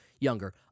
younger